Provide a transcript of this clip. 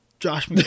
Josh